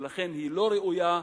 ולכן היא לא ראויה,